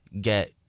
get